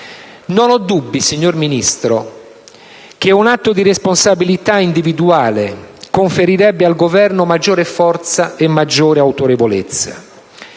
Non ho dubbi, signor Ministro, che un atto di responsabilità individuale conferirebbe al Governo maggiore forza e autorevolezza.